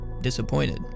disappointed